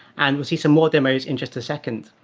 and we'll see some more demos in just a second.